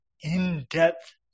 in-depth